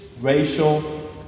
racial